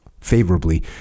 favorably